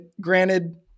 granted